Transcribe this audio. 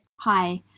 hi,